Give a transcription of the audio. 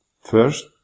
First